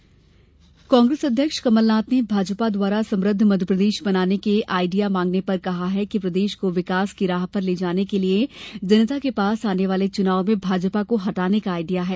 कमलनाथ कांग्रेस अध्यक्ष कमलनाथ ने भाजपा द्वारा समृद्ध मध्यप्रदेश बनाने के लिये आइडिया मांगने पर कहा है कि प्रदेश को विकास की राह पर ले जाने के लिए जनता के पास आने वाले चुनाव में भाजपा को हटाने का आइडिया है